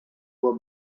were